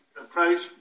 approach